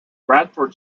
bradford